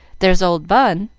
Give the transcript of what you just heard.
there's old bun.